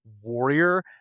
warrior